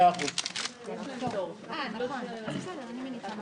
הישיבה ננעלה